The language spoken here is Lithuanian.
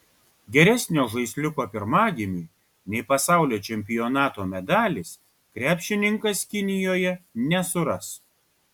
geresnio žaisliuko pirmagimiui nei pasaulio čempionato medalis krepšininkas kinijoje nesuras